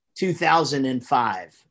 2005